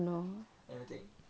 anything